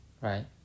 right